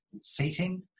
seating